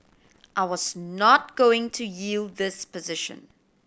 I was not going to yield this position